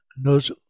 Nos